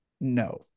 No